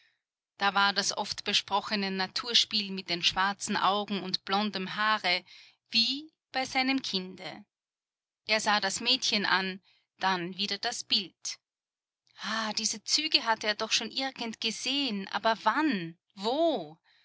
da war das oft besprochene naturspiel mit den schwarzen augen und blondem haare wie bei seinem kinde er sah das mädchen an dann wieder das bild diese züge hatte er sonst schon irgend gesehen aber wann wo